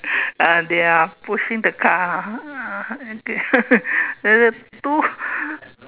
uh they are pushing the car ha uh the the two